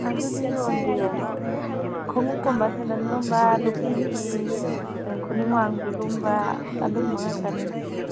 ꯑꯗꯨꯗꯤ ꯌꯣꯟꯗꯦꯌꯦ ꯈꯣꯡꯎꯞꯀꯨꯝꯕ ꯁꯦꯟꯗꯟꯒꯨꯝꯕ ꯅꯨꯄꯤꯒꯤ ꯈꯨꯅꯤꯡ ꯋꯥꯡꯕꯤꯒꯨꯝꯕ ꯑꯗꯨꯝꯕ ꯉꯥꯛꯇꯅꯤ